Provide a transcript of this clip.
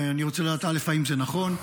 אני רוצה לדעת: האם זה נכון?